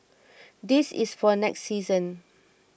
this is for next season